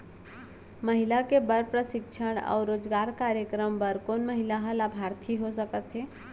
महिला के बर प्रशिक्षण अऊ रोजगार कार्यक्रम बर कोन महिला ह लाभार्थी हो सकथे?